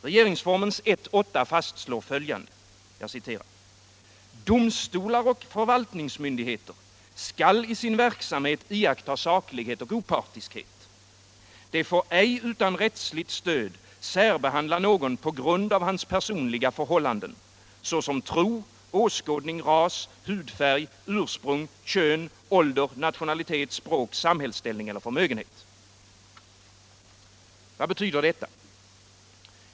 Regeringsformens 1:8 fastslår följande: ”Domstolar och förvaltningsmyndigheter skall i sin verksamhet iaktta saklighet och opartiskhet. De får ej utan rättsligt stöd särbehandla någon på grund av hans personliga förhållanden, såsom tro, åskådning, ras, hudfärg, ursprung, kön, ålder, nationalitet, språk, samhällsställning eller förmögenhet.” Vad betyder detta?